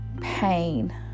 pain